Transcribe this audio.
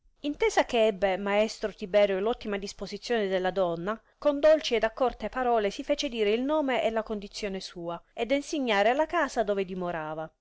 intesa che ebbe maestro tiberio l ottima disposizione della donna con dolci ed accorte parole si fece dire il nome e la condizione sua ed ensignare la casa dove dimorava